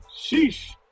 Sheesh